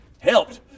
helped